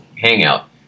hangout